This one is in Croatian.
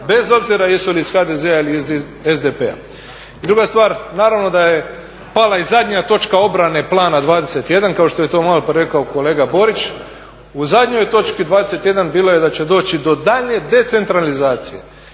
bez obzira jesu li ih HDZ-a ili iz SDP-a. I druga stvar, naravno da je pala i zadnja točka obrane Plana 21 kao što je to maloprije rekao kolega Borić. U zadnjoj točki 21 bilo je da će doći do daljnje decentralizacije.